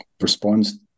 responds